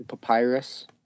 Papyrus